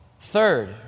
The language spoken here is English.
Third